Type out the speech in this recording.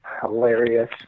hilarious